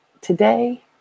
Today